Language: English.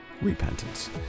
repentance